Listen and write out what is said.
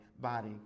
body